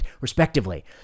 respectively